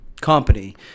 company